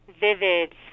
vivid